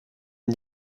une